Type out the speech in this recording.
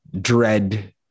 dread